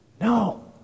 No